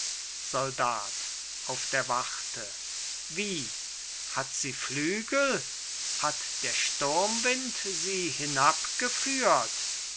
soldat auf der warte wie hat sie flügel hat der sturmwind sie